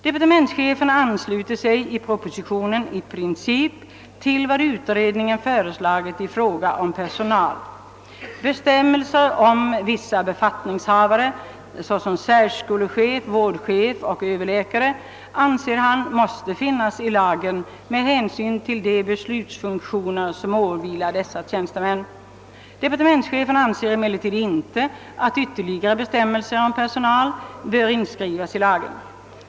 Departementschefen ansluter sig i propositionen i princip till vad utredningen föreslagit i fråga om personal. Bestämmelser om vissa befattningshavare, t.ex. särskolchef, vårdchef och överläkare, anser departementschefen måste finnas i lagen med hänsyn till de beslutsfunktioner som åvilar dessa tjänstemän. Emellertid anser departementschefen inte att ytterligare bestämmelser om personal bör inskrivas i lagen.